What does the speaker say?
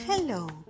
Hello